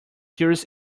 serious